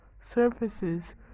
surfaces